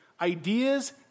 ideas